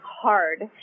hard